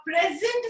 present